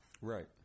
Right